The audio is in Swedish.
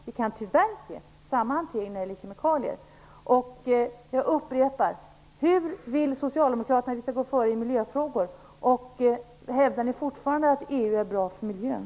Vi kan tyvärr se samma hantering när det gäller kemikalier. Jag upprepar: Hur vill Socialdemokraterna att vi skall gå före i miljöfrågor? Hävdar ni fortfarande att EU är bra för miljön?